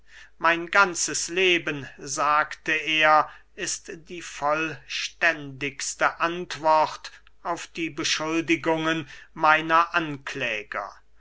mein ganzes leben sagte er ist die vollständigste antwort auf die beschuldigungen meiner ankläger